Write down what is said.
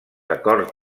acords